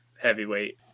heavyweight